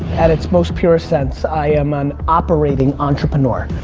at its most pure sense, i am an operating entrepreneur.